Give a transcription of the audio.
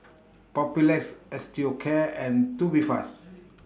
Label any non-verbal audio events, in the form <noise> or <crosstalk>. Papulex Osteocare and Tubifast <noise>